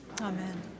Amen